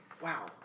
Wow